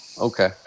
Okay